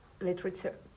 literature